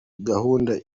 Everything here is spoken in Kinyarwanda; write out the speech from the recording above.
gahunda